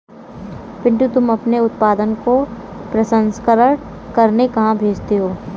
पिंटू तुम अपने उत्पादन को प्रसंस्करण करने कहां भेजते हो?